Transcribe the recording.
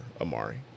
Amari